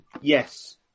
Yes